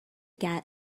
get